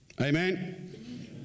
amen